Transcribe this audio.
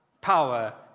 power